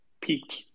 peaked